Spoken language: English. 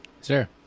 Sir